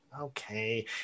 Okay